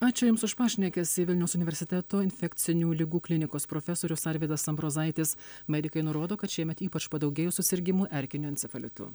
ačiū jums už pašnekesį vilniaus universiteto infekcinių ligų klinikos profesorius arvydas ambrozaitis medikai nurodo kad šiemet ypač padaugėjo susirgimų erkiniu encefalitu